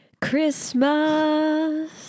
Christmas